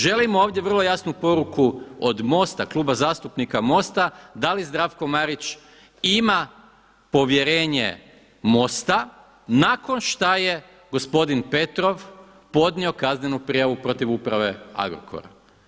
Želimo ovdje vrlo jasnu poruku od Kluba zastupnika MOST-a da li Zdravko Marić ima povjerenje MOST-a nakon šta je gospodin Petrov podnio kaznenu prijavu protiv Uprave Agrokora?